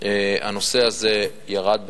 הנושא הזה ירד.